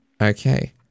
Okay